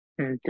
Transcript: Okay